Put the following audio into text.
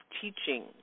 teaching